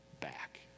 back